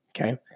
Okay